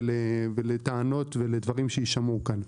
לטענות ולדברים שיישמעו כאן.